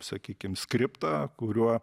sakykim skriptą kuriuo